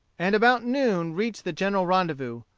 and about noon reached the general rendezvous,